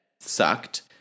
sucked